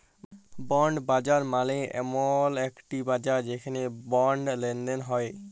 bond বাজার মালে এমল একটি বাজার যেখালে বন্ড লেলদেল হ্য়েয়